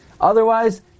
Otherwise